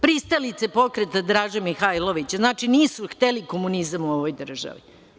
Pristalice pokreta Draže Mihailovića, znači, nisu hteli komunizam u ovoj državi.